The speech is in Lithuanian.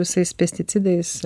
visais pesticidais